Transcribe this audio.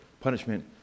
punishment